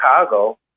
Chicago